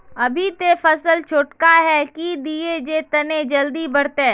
अभी ते फसल छोटका है की दिये जे तने जल्दी बढ़ते?